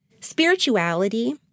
Spirituality